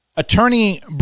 Attorney